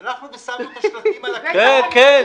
מנקודת המבט שלי-שלנו, זה בכלל לא רלוונטי.